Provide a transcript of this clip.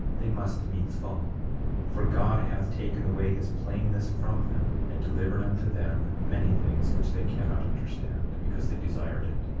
they must needs fall for god hath taken away his plainness from them, and delivered unto them many things which they cannot understand, because they desired it.